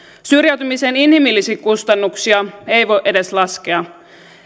syrjäytymisen inhimillisiä kustannuksia ei voi edes laskea